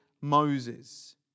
Moses